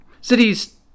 Cities